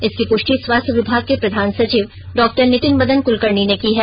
इसकी पुष्टि स्वास्थ्य विभाग के प्रधान सचिव डॉक्टर नीतिन मदन कुलकर्णी ने की है